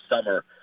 summer